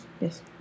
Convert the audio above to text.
Yes